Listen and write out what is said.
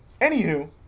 anywho